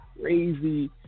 crazy